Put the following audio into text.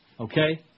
Okay